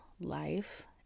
life